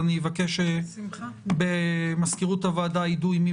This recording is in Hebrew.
אני אבקש שבמזכירות הוועדה ידעו עם מי